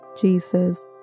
Jesus